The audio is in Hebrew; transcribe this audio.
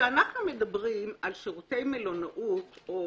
כשאנחנו מדברים על שירותי מלונאות, על